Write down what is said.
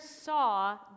saw